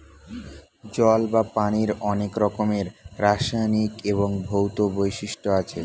জল বা পানির অনেক রকমের রাসায়নিক এবং ভৌত বৈশিষ্ট্য আছে